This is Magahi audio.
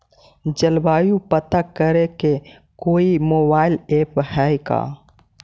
जलवायु पता करे के कोइ मोबाईल ऐप है का?